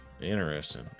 Interesting